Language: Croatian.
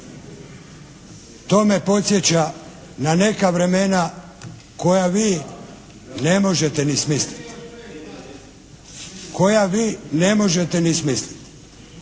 To me podsjeća na neka vremena koja vi ne možete ni smisliti. Gospodine Jarnjak